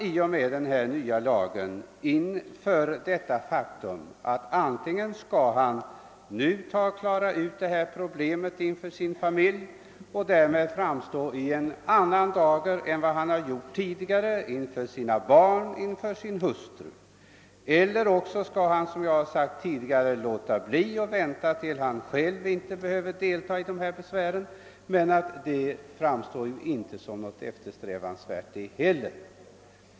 I och med den nya lagen ställs en sådan man inför faktum att antingen klara ut problemet inför familjen och därmed framstå i en annan dager än tidigare inför sina barn och sin hustru eller, som jag har sagt tidigare, vänta tills han själv inte behöver delta i dessa besvär. Det sistnämnda alternativet framstår inte heller som något eftersträvansvärt.